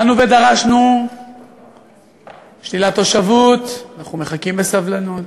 באנו ודרשנו שלילת תושבות, אנחנו מחכים בסבלנות.